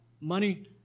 money